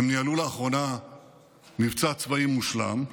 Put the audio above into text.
הם ניהלו לאחרונה מבצע צבאי מושלם,